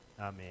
Amen